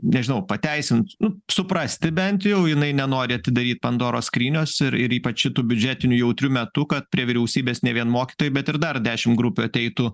nežinau pateisint suprasti bent jau jinai nenori atidaryt pandoros skrynios ir ir ypač šitu biudžetiniu jautriu metu kad prie vyriausybės ne vien mokytojai bet ir dar dešim grupių ateitų